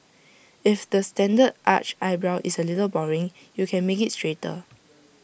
if the standard arched eyebrow is A little boring you can make IT straighter